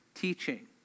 teaching